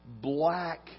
black